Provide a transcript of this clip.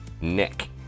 Nick